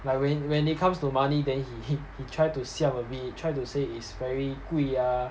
like when when it comes to money then he he he tried to siam a bit try to say it's very 贵 ah